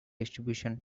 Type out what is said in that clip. distribution